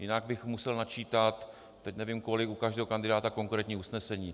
Jinak bych musel načítat, teď nevím kolik, u každého kandidáta konkrétní usnesení.